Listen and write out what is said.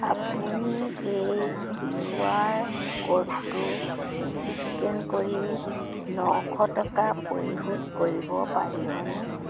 আপুনি এই Q R ক'ডটো স্কেন কৰি নশ টকা পৰিশোধ কৰিব পাৰিবনে